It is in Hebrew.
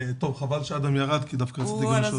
טוב, חבל שאדם ירד, כי דווקא רציתי לשאול